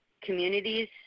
communities